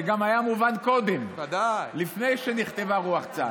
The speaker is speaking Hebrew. זה היה מובן גם קודם, לפני שנכתבה רוח צה"ל.